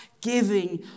giving